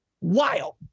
Wild